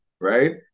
Right